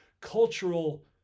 cultural